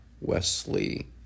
Wesley